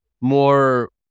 more